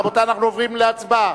רבותי, אנחנו עוברים להצבעה.